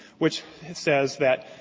which says that